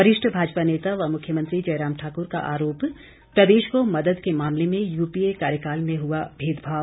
वरिष्ठ भाजपा नेता व मुख्यमंत्री जयराम ठाकुर का आरोप प्रदेश को मदद के मामले में यूपीए कार्यकाल में हुआ भेदभाव